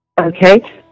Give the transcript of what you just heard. Okay